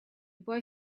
boy